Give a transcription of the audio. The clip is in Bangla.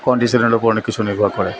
কন্ডিশানের ওপর অনেক কিছু নির্ভর করে